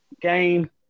game